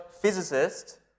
physicist